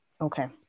Okay